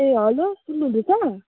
ए hello सुन्नुहुँदैछ